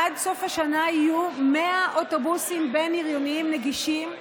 עד סוף השנה יהיו 100 אוטובוסים בין-עירוניים נגישים,